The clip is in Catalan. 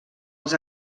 els